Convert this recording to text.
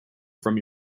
from